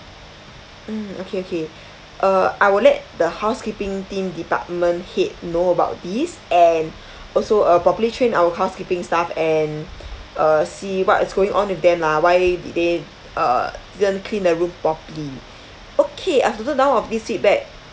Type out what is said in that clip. mm okay okay uh I will let the housekeeping team department head know about this and also uh properly train our housekeeping staff and uh see what is going on with them lah why did they uh didn't clean the room properly okay I've noted down of this feedback